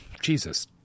Jesus